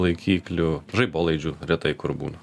laikiklių žaibolaidžių retai kur būna